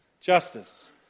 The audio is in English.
justice